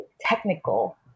technical